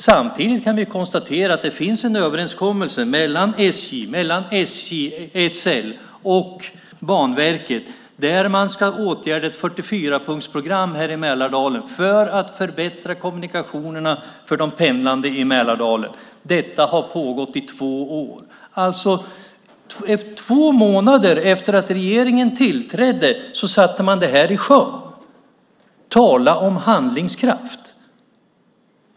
Samtidigt kan vi konstatera att det finns en överenskommelse mellan SJ, SL och Banverket med åtgärder i ett 44-punktsprogram här i Mälardalen för att förbättra kommunikationerna för de pendlande i Mälardalen. Detta har pågått i två år. Två månader efter att regeringen tillträdde satte man detta i sjön. Tala om handlingskraft!